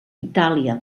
itàlia